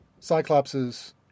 Cyclopses